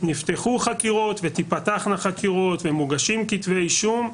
נפתחו חקירות ותפתחנה חקירות ומוגשים כתבי אישום.